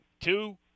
Two